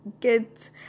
get